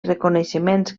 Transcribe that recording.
reconeixements